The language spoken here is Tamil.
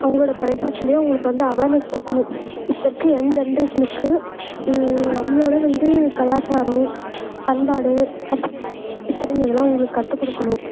அவங்களோட படைப்பாற்றலே அவங்களுக்கு வந்து அவேர்னஸ் கொடுக்கணும் இப்போ இருக்க எங்க ஜென்ட்ரேஷனுக்கு நம்மளோட வந்து கலாச்சாரம் பண்பாடு திறன் இதெல்லாம் அவங்களுக்கு கற்றுக்குடுக்கணும்